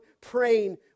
praying